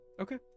Okay